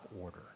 order